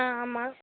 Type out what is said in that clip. ஆ ஆமாம்